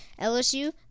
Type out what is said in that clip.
LSU